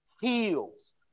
heals